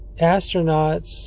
astronauts